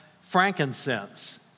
frankincense